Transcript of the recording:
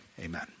Amen